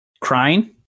Crying